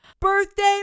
Birthday